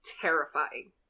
terrifying